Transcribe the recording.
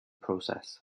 process